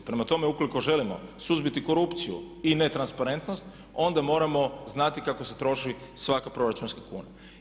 Prema tome, ukoliko želimo suzbiti korupciju i netransparentnost, onda moramo znati kako se troši svaka proračunska kuna.